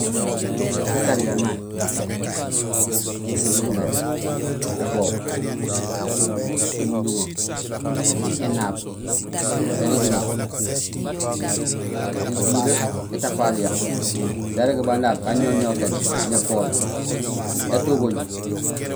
Sinukuréén sa tariya mé: gasobul ugéé, ébook, émunduŋo, érigirig, énaab, éjilee, étafaliya; sarégmé banaab: gaŋoŋokéén, néfool, étuguuñ.